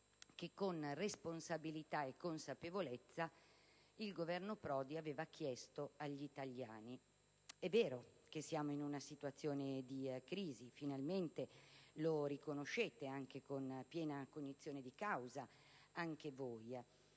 che, con responsabilità e consapevolezza, il Governo Prodi aveva chiesto agli italiani. È vero che siamo in una situazione di crisi: finalmente lo riconoscete con piena cognizione di causa anche voi.